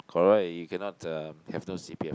correct you cannot the you have no P_R